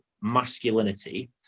masculinity